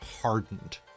hardened